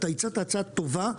אתה הצעת הצעה טובה,